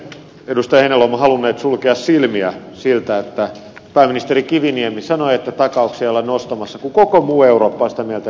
heinäluoma halunneet sulkea silmiämme siltä että pääministeri kiviniemi sanoi että takauksia ei olla nostamassa kun koko muu eurooppa on sitä mieltä että niitä ollaan nostamassa